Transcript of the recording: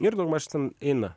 ir daugmaž ten eina